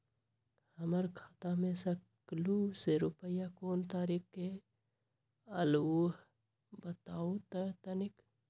हमर खाता में सकलू से रूपया कोन तारीक के अलऊह बताहु त तनिक?